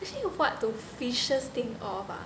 actually what do fishes think of ah